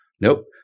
Nope